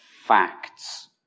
facts